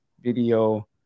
video